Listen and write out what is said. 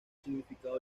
significado